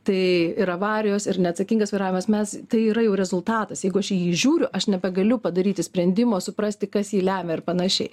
tai ir avarijos ir neatsakingas vairavimas mes tai yra jau rezultatas jeigu aš jį žiūriu aš nebegaliu padaryti sprendimo suprasti kas jį lemia ir panašiai